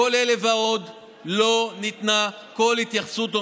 לכל אלה ועוד לא ניתנה כל התייחסות או